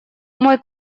мой